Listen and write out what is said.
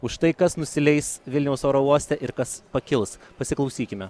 už tai kas nusileis vilniaus oro uoste ir kas pakils pasiklausykime